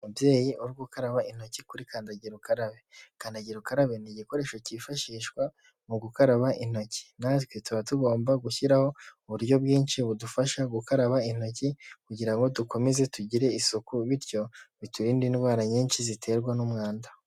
Umubyeyi uri gukaraba intoki kuri kandagira ukarabe ,kandagira ukarabe ni igikoresho cyifashishwa mu gukaraba intoki, natwe tuba tugomba gushyiraho uburyo bwinshi budufasha gukaraba intoki, kugira ngo ngo dukomeze tugire isuku, bityo biturindade indwara nyinshi ziterwa n'umwanda.